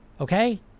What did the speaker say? okay